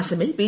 അസമിൽ ബി